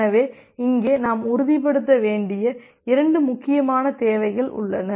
எனவே இங்கே நாம் உறுதிப்படுத்த வேண்டிய 2 முக்கியமான தேவைகள் உள்ளன